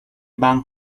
van